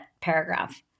paragraph